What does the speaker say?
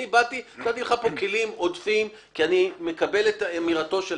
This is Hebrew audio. אני באתי ונתתי לך כאן כלים עודפים כי אני מקבל את אמירתו של